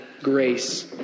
grace